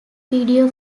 video